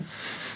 לשאלות.